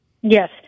Yes